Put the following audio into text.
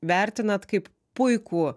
vertinat kaip puikų